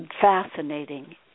fascinating